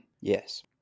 Yes